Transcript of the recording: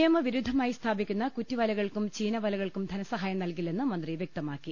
നിയമവിരുദ്ധ മായി സ്ഥാപിക്കുന്നു കുറ്റിവലകൾക്കും ചീനവലകൾക്കും ധനസഹായം നൽകില്ലെന്ന് മന്ത്രി വ്യക്തമാക്കി